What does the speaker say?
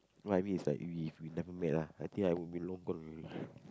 no I mean it's like we if we never met ah I think I will be